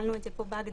כללנו את זה פה בהגדרה.